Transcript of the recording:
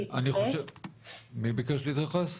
אני אשמח להתייחס.